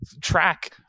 Track